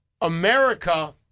America